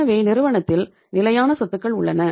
எனவே நிறுவனத்தில் நிலையான சொத்துக்கள் உள்ளன